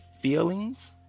feelings